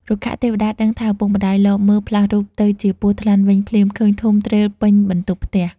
រុក្ខទេវតាដឹងថាឪពុកម្ដាយលបមើលផ្លាស់រូបទៅជាពស់ថ្លាន់វិញភ្លាម ឃើញធំទ្រេលពេញបន្ទប់ផ្ទះ ។